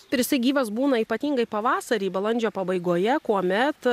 ir jisai gyvas būna ypatingai pavasarį balandžio pabaigoje kuomet